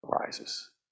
arises